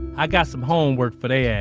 i got some homework but yeah